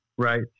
Right